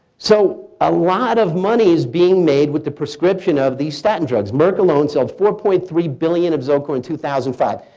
so a lot of money is being made with the prescription of the statin drugs. merkel, alone, sold four point three billion of zocor in two thousand and five.